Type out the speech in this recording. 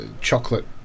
chocolate